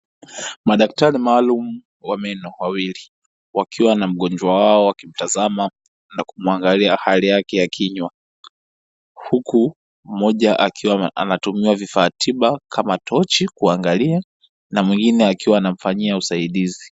Madaktari maalumu wa meno wawili wakiwa na mgonjwa wao wakimtazama na kumuangalia hali yake ya kinywa huku mmoja akiwa anatumia vifaa tiba kama tochi kuangalia na mwingine akiwa anamfanyia usaidizi.